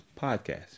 podcast